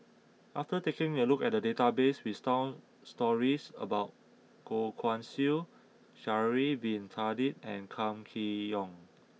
after taking a look at the database we found stories about Goh Guan Siew Sha'ari bin Tadin and Kam Kee Yong